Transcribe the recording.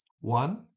One